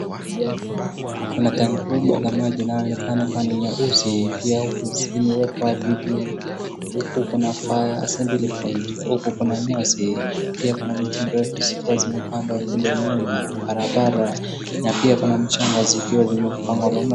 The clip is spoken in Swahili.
Kuna tanki kubwa la maji inayoonekana kuwa ni nyeusi pia huku zimewekwa vitu huku kuna fire assembly point huku kuna nyasi pia kuna mti mrefu zikiwa zimepandwa kule nyuma barabara na pia kuna mchanga zikiwa zimepangwa pamoja.